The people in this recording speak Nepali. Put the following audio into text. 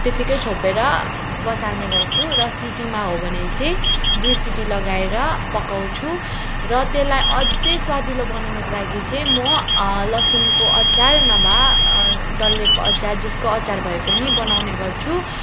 त्यतिकै छोपेर बसाल्ने गर्छु र सिटीमा हो भने चाहिँ दुई सिटी लगाएर पकाउँछु र त्यसलाई अझै स्वादिलो बनाउनु लागि चाहिँ म लसुनको अचार नभए डल्लेको अचार जेको अचार भए पनि बनाउने गर्छु